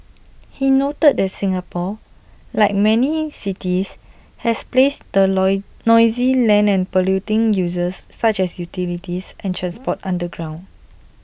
he noted that Singapore like many cities has placed the noise noisy and polluting uses such as utilities and transport underground